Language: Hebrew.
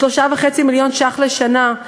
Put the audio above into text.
3.5 מיליון שקלים לשנה,